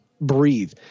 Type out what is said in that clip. breathe